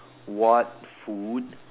what food